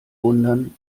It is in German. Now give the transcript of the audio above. wundern